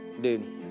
dude